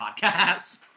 podcast